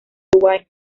uruguay